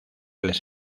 les